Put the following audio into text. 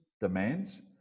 demands